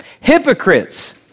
hypocrites